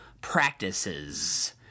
practices